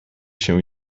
się